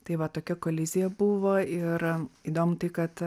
tai va tokia kolizija buvo ir įdomu tai kad